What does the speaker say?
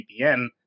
VPN